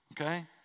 okay